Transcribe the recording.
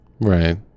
right